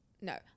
no